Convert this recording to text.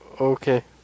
Okay